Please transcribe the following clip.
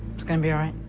it's gonna be alright.